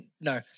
no